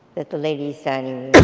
that the lady's dining